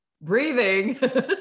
breathing